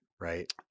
right